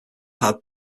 had